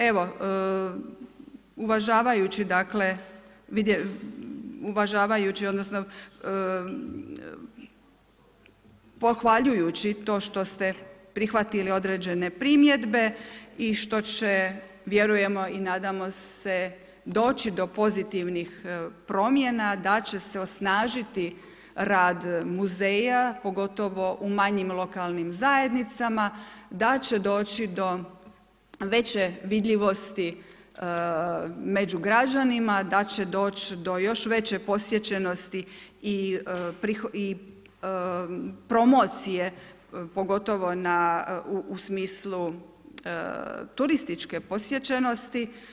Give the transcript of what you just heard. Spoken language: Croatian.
Evo uvažavajući dakle, uvažavajući odnosno pohvaljujući to što ste prihvatili određene primjedbe i što će vjerujemo i nadamo se doći do pozitivnih promjena, da će se osnažiti rad muzeja pogotovo u manjim lokalnim zajednicama, da će doći do veće vidljivosti među građanima, da će doći do još veće posjećenosti i promocije pogotovo u smislu turističke posjećenosti.